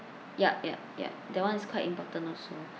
yup yup yup that [one] is quite important also